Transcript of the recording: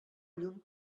llum